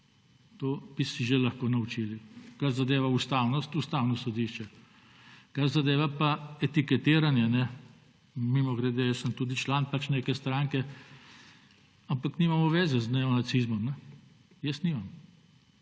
to bi se že lahko naučili –, kar zadeva ustavnost Ustavno sodišče. Kar zadeva pa etiketiranje, mimogrede, jaz sem tudi član pač neke stranke, ampak nimamo veze z neonacizmom. Jaz nimam.